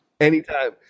Anytime